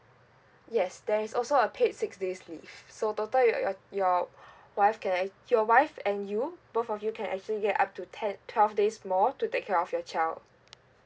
yes there is also a paid six days leave so total you and your your wife get ac~ your wife and you both of you can actually get up to ten twelve days more to take care of your child